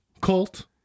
Colt